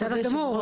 בסדר גמור,